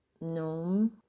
no